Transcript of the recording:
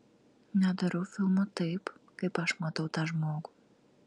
nedarau filmo taip kaip aš matau tą žmogų